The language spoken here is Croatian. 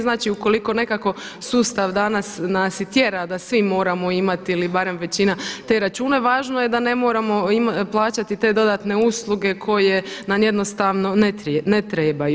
Znači ukoliko nekako sustav danas nas i tjera da svi moramo imati ili barem većina te račune, važno je da ne moramo plaćati te dodatne usluge koje nam jednostavno ne trebaju.